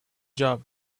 job